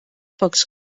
pocs